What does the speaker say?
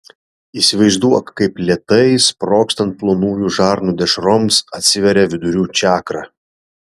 įsivaizduok kaip lėtai sprogstant plonųjų žarnų dešroms atsiveria vidurių čakra